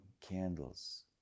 candles